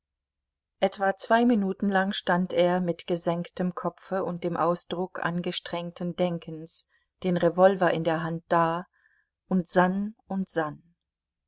etwa zwei minuten lang stand er mit gesenktem kopfe und dem ausdruck angestrengten denkens den revolver in der hand da und sann und sann